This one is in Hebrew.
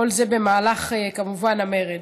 כל זה כמובן במהלך המרד.